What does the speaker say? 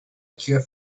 cure